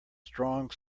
strong